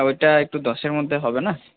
ওইটা একটু দশের মধ্যে হবে না